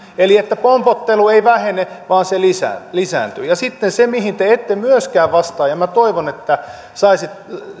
eli että pompottelu ei vähene vaan se lisääntyy sitten se mihin te ette myöskään vastaa ja minä toivon että